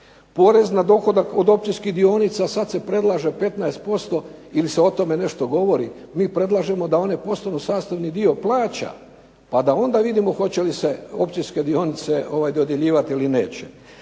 porez na dohodak od općinskih dionica sada se predlaže 15% ili se o tome nešto govori. Mi predlažemo da one postanu sastavni dio plaća, pa da onda vidimo hoće li se općinske dionice dodjeljivati ili neće.